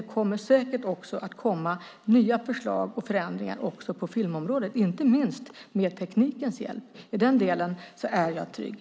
Det kommer säkert nya förslag och förändringar också på filmområdet, inte minst med teknikens hjälp. I den delen är jag trygg.